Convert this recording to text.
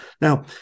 Now